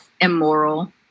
immoral